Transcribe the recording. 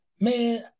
Man